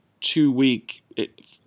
two-week